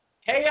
Hey